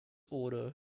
auto